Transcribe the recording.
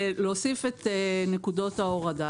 ולהוסיף את נקודות ההורדה